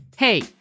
Hey